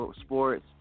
sports